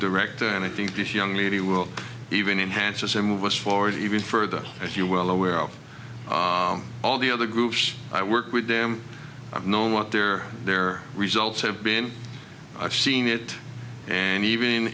director and i think this young lady will even enhance or say move us forward even further as you're well aware of all the other groups i work with them i've known what their their results have been i've seen it and even